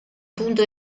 punto